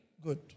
Good